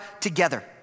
together